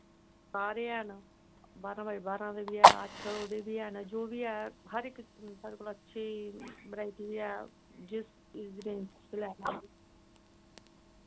सारे हैन बारां बाय बारां दे बी ऐ अट्ठ उ'दे बी हैन जो बी ऐ हर इक साढ़े कोल अच्छी वराइटी ऐ जिस जिस रेंज च तुसें लैना होग